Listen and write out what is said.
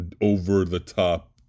over-the-top